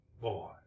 boy